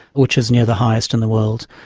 which is near the highest in the world.